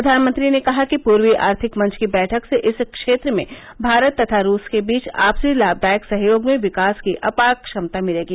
प्रधानमंत्री ने कहा कि पूर्वी आर्थिक मंच की बैठक से इस क्षेत्र में भारत तथा रूस के बीच आपसी लाभदायक सहयोग में विकास की अपार क्षमता मिलेगी